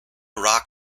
rock